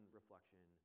reflection